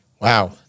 Wow